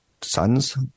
sons